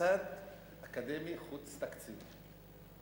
מוסד אקדמי חוץ-תקציבי.